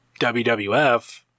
WWF